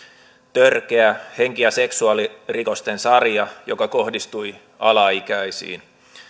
törkeä henki ja seksuaalirikosten sarja joka kohdistui alaikäisiin